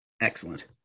Excellent